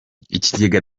ikigega